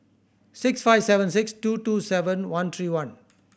six five seven six two two seven one three one